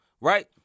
right